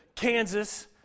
Kansas